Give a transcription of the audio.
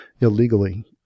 illegally